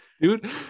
dude